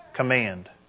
command